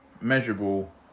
Measurable